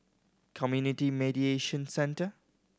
Community Mediation Centre